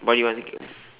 what you want to get